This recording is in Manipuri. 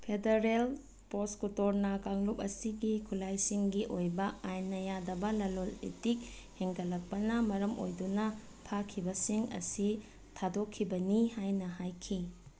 ꯐꯦꯗꯔꯦꯜ ꯄꯣꯁꯀꯨꯇꯣꯔꯅꯥ ꯀꯥꯡꯂꯨꯞ ꯑꯁꯤꯒꯤ ꯈꯨꯠꯂꯥꯏꯁꯤꯡꯒꯤ ꯑꯣꯏꯕ ꯑꯥꯏꯟꯅ ꯌꯥꯗꯕ ꯂꯂꯣꯟ ꯏꯇꯤꯛ ꯍꯦꯟꯒꯠꯂꯛꯄꯅ ꯃꯔꯝ ꯑꯣꯏꯗꯨꯅ ꯐꯥꯈꯤꯕꯁꯤꯡ ꯑꯁꯤ ꯊꯥꯗꯣꯛꯈꯤꯕꯅꯤ ꯍꯥꯏꯅ ꯍꯥꯏꯈꯤ